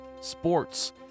sports